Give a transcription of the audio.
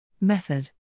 Method